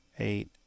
eight